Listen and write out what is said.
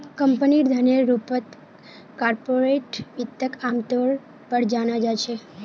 कम्पनीर धनेर रूपत कार्पोरेट वित्तक आमतौर पर जाना जा छे